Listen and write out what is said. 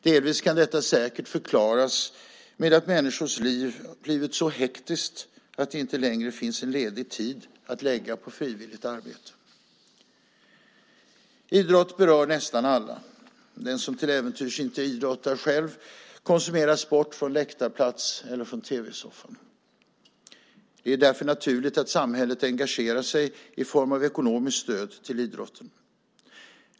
Delvis kan detta säkert förklaras med att människors liv blivit så hektiskt att det inte längre finns ledig tid att lägga på frivilligt arbete. Idrott berör nästan alla. Den som till äventyrs inte idrottar själv konsumerar sport från läktarplats eller från tv-soffan. Det är därför naturligt att samhället engagerar sig i form av ekonomiskt stöd till idrotten.